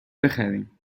بخریم